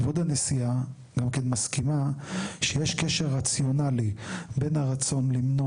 כבוד הנשיאה גם כן מסכימה שיש קשר רציונלי בין הרצון למנוע